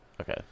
Okay